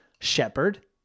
Shepherd